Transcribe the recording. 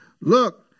Look